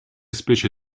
specie